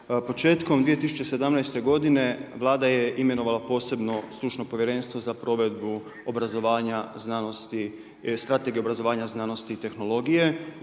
Početkom 2017. godine Vlada je imenovala posebno stručno povjerenstvo za provedbu obrazovanja znanosti, strategiju